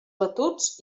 batuts